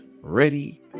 ready